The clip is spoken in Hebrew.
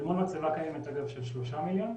אל מול מצבה קיימת של 3 מיליון.